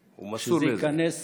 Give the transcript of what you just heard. הוא מסור לזה.